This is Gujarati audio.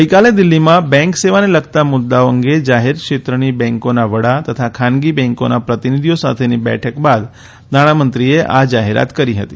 ગઇકાલે દિલ્ફીમાં બેંક સેવાને લગતા મુદ્દાઓ અંગે જાહેર ક્ષેત્રની બેંકોના વડા તથા ખાનગી બેંકોના પ્રતિનિધિઓ સાથેની બેઠક બાદ નાણામંત્રીએ આ જાહેરાત કરી હતી